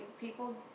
people